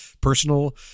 personal